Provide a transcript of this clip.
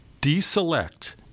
Deselect